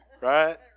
Right